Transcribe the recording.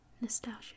Nostalgia